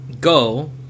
go